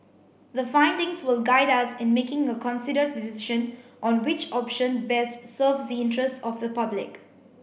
the findings will guide us in making a considered decision on which option best serves the interests of the public